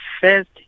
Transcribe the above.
first